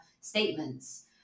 statements